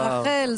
זה רח"ל,